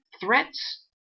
threats